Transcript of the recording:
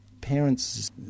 parents